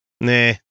nah